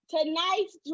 Tonight's